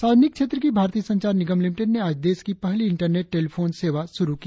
सार्वजनिक क्षेत्र की भारतीय संचार निगम लिमिटेड ने आज देश की पहली इंटरनेट टेलीफोन सेवा शुरु की